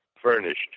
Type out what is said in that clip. furnished